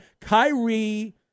Kyrie